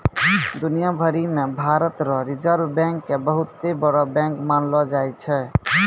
दुनिया भरी मे भारत रो रिजर्ब बैंक के बहुते बड़ो बैंक मानलो जाय छै